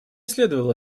следовало